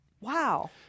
Wow